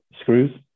screws